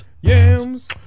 Yams